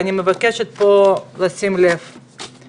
ואני מבקשת לשים לב פה.